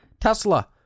Tesla